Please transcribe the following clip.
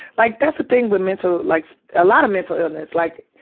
like, that's the thing with mental, like, a lot of mental illness, like,